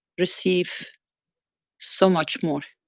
receive so much more,